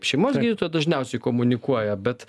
šeimos gydytojai dažniausiai komunikuoja bet